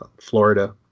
Florida